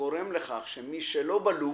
גורם לכך שמי שלא ב-loop